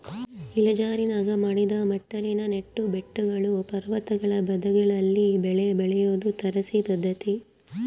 ಇಳಿಜಾರಿನಾಗ ಮಡಿದ ಮೆಟ್ಟಿಲಿನ ನೆಟ್ಟು ಬೆಟ್ಟಗಳು ಪರ್ವತಗಳ ಬದಿಗಳಲ್ಲಿ ಬೆಳೆ ಬೆಳಿಯೋದು ತಾರಸಿ ಪದ್ಧತಿ